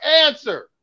answer